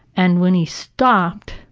and, when he stopped,